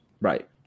Right